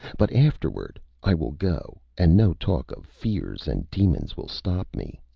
but afterward, i will go, and no talk of fears and demons will stop me.